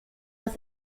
with